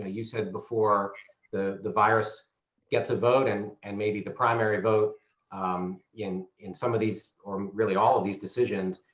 ah you said before the the virus gets a vote and and maybe the primary vote in in some of these really all of these decisions.